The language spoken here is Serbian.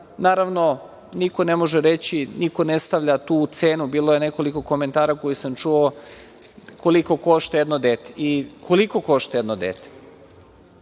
naravno, niko ne može reći, niko ne stavlja tu cenu. Bilo je nekoliko komentara koje sam čuo - koliko košta jedno dete. I, koliko košta jedno dete?